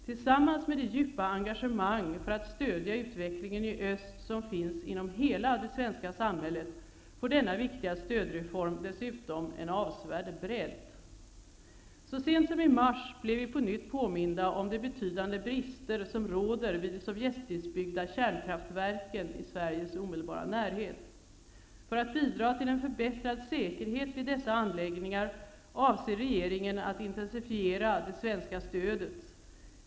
Tillsammans med det djupa engagemang för att stödja utvecklingen i Öst som finns inom hela det svenska samhället, får denna viktiga stödreform dessutom en avsevärd bredd. Så sent som i mars blev vi på nytt påminda om de betydande brister som råder vid de sovjetbyggda kärnkraftverken i Sveriges omedelbara närhet. För att bidra till en förbättrad säkerhet vid dessa anläggningar avser regeringen att intensifiera det svenska stödet.